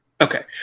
Okay